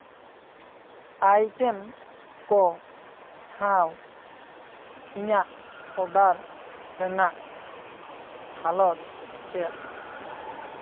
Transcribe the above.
item ᱠᱚ ᱥᱟᱶ ᱤᱧᱟᱜ ᱚᱰᱟᱨ ᱨᱮᱱᱟᱜ ᱦᱟᱞᱚᱛ ᱪᱮᱫ